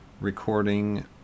recording